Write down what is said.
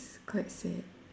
it's quite sad